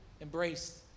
embrace